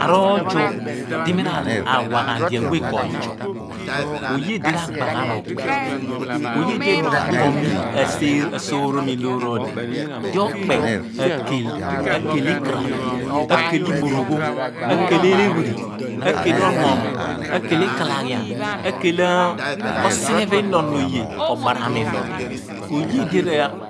Arọuzọ di mi ra wa ghan di awe z'ozo. oye di ral gba gahn okpe oye di adeghi asoroomi loor odi di okpe akel akel ikaraph, akel iboroghom akel elephiri akel oruohnu, akel ikalaghian akel osighe ilo onon oye obaram ilo odi oye di